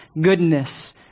goodness